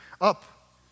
Up